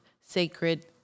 sacred